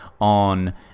on